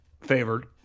favored